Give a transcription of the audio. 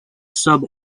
sub